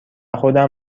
خودم